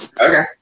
Okay